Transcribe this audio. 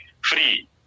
free